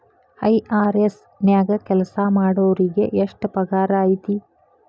IRS ನ್ಯಾಗ್ ಕೆಲ್ಸಾಮಾಡೊರಿಗೆ ಎಷ್ಟ್ ಪಗಾರ್ ಐತಿ?